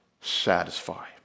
satisfy